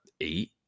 eight